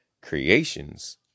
creations